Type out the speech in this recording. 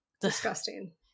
disgusting